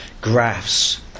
graphs